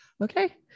okay